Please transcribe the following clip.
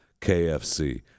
KFC